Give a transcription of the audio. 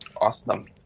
Awesome